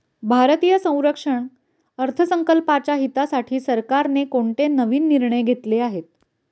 भारतीय संरक्षण अर्थसंकल्पाच्या हितासाठी सरकारने कोणते नवीन निर्णय घेतले आहेत?